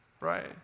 right